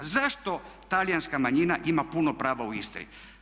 Zašto talijanska manjina ima puno prava u Istri?